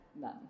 none